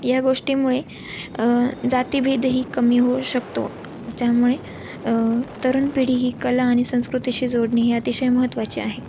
या गोष्टीमुळे जातीभेदही कमी होऊ शकतो ज्यामुळे तरण पिढी ही कला आणि संस्कृतीशी जोडणी ही अतिशय महत्त्वाची आहे